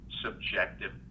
subjective